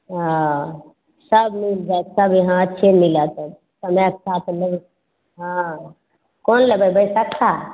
ओ सब मिल जाएत सब इहाॅं अच्छे मिलत समय साथ नहि हँ कोन लेबै बैशखा